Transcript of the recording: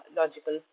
logical